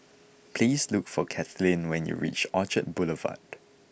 please look for Kathlene when you reach Orchard Boulevard